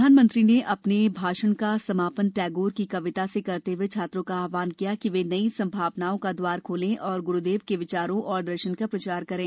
प्रधानमंत्री ने अपने भाषण का समापन टैगोर की कविता ओरे गृहोबाशी खोल द्वार खोल से करते हुए छात्रों का आहवान किया कि वे नई संभावनाओं का द्वार खोलें और ग्रूदेव के विचारों और दर्शन का प्रचार करें